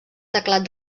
teclat